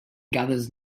gathers